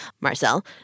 Marcel